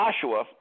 Joshua